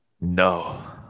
No